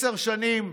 עשר שנים,